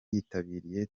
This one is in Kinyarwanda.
yitabiriye